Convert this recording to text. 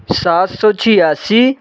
सात सौ छियासी